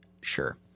Sure